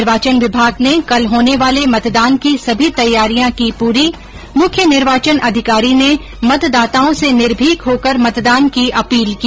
निर्वाचन विभाग ने कल होने वाले मतदान की सभी तैयारियां की पूरी मुख्य निर्वाचन अधिकारी ने मतदाताओं से निर्भीक होकर मतदान की अपील की